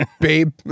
babe